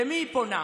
למי היא פונה,